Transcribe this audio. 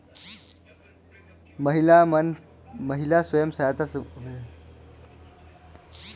महिला स्व सहायता समूह मन हर कुछ काछ अपने अपन मन मिल जुल के आनी बानी कर चीज बनाथे